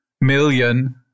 million